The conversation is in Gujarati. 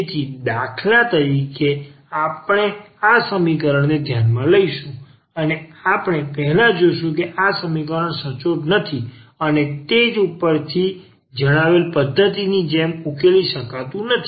તેથી દાખલા તરીકે આપણે આ સમીકરણને ધ્યાનમાં લઈશું અને આપણે પહેલા જોશું કે આ સમીકરણ સચોટ નથી અને તેથી તે ઉપર જણાવેલ પદ્ધતિ ની જેમ ઉકેલી શકાતું નથી